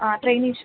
ஆ drainage